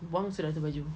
you buang sudah tu baju